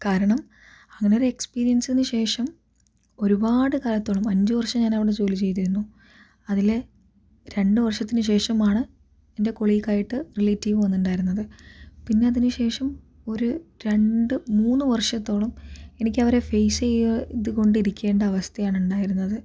കാരണം അങ്ങനെ ഒരു എക്സ്പീരിയൻസിനു ശേഷം ഒരുപാട് കാലത്തോളം അഞ്ചു വർഷം ഞാൻ അവിടെ ജോലി ചെയ്തിരുന്നു അതിലെ രണ്ടു വർഷത്തിനു ശേഷമാണ് എന്റെ കൊളീഗ് ആയിട്ട് റിലേറ്റീവ് വന്നിട്ടുണ്ടായിരുന്നത് പിന്നെ അതിനുശേഷം ഒരു രണ്ട് മൂന്ന് വർഷത്തോളം എനിക്ക് അവരെ ഫേസ് ചെയ്തുകൊണ്ടിരിക്കേണ്ട അവസ്ഥയാണ് ഉണ്ടായിരുന്നത്